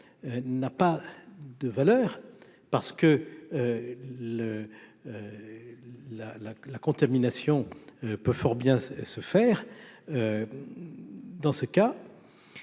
n'a pas de valeur parce que le la, la, la contamination peut fort bien se faire dans ce cas